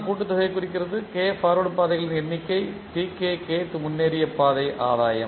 கூட்டுத்தொகையைக் குறிக்கிறது k forward பாதைகளின் எண்ணிக்கை Tk kth முன்னோக்கிய பாதை ஆதாயம்